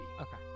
Okay